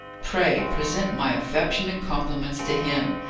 pray present my affectionate compliments to him,